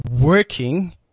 working